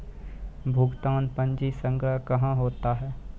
भुगतान पंजी संग्रह कहां होता हैं?